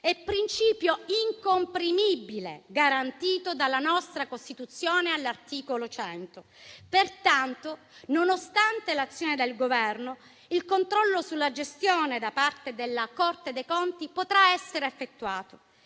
è principio incomprimibile garantito dalla nostra Costituzione all'articolo 100. Pertanto, nonostante l'azione del Governo, il controllo sulla gestione da parte della Corte dei conti potrà essere effettuato